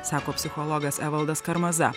sako psichologas evaldas karmaza